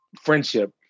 friendship